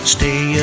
Stay